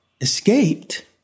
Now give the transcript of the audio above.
Escaped